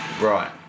Right